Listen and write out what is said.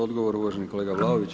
Odgovor uvaženi kolega Vlaović.